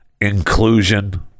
inclusion